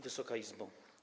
Wysoka Izbo!